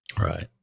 Right